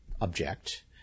object